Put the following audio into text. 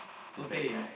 okay